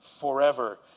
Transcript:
forever